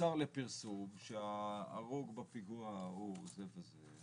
שנמסר לפרסום שההרוג בפיגוע הוא זה וזה,